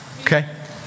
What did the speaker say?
Okay